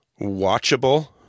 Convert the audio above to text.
watchable